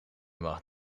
mag